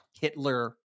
Hitler